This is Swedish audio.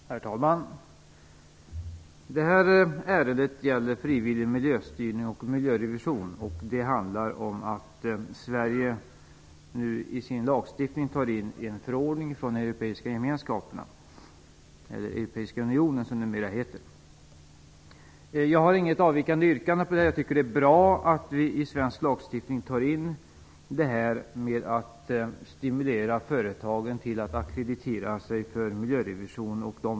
Herr talman! Det här ärendet gäller frivillig miljöstyrning och miljörevision, och det handlar om att Sverige nu i sin lagstiftning tar in en förordning från Europeiska unionen. Jag har inget avvikande yrkande. Jag tycker att det är bra att vi i svensk lagstiftning tar in regler som kan stimulera företagen att ackreditera sig för miljörevision.